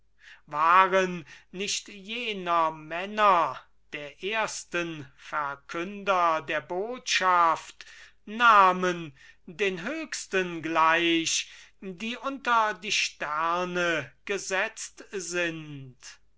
waren nicht jener männer der ersten verkünder der botschaft namen den höchsten gleich die unter die sterne gesetzt sind